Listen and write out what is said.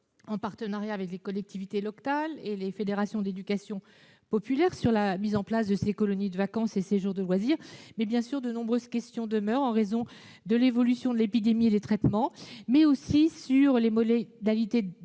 en partenariat avec les collectivités locales et les fédérations d'éducation populaire, à la mise en place de ces colonies de vacances et séjours de loisirs. Bien évidemment, de nombreuses questions demeurent, tenant à l'évolution de l'épidémie et des traitements, ainsi qu'aux modalités